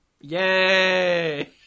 Yay